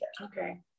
Okay